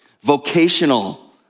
Vocational